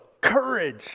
courage